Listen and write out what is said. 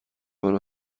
منو